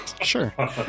Sure